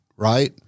Right